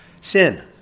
sin